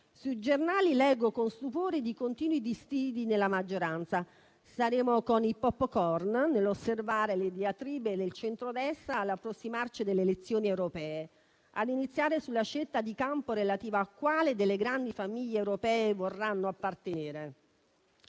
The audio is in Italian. Sui giornali leggo con stupore di continui dissidi nella maggioranza: staremo con i popcorn a osservare le diatribe del centrodestra all'approssimarci delle elezioni europee, ad iniziare dalla scelta di campo relativa a quale delle grandi famiglie europee vorranno appartenere.